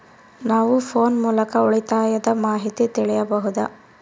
ನಾವು ಫೋನ್ ಮೂಲಕ ಉಳಿತಾಯದ ಮಾಹಿತಿ ತಿಳಿಯಬಹುದಾ?